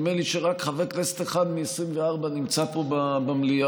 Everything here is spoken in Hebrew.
נדמה לי שרק חבר כנסת אחד מ-24 נמצא פה במליאה.